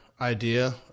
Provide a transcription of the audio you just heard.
idea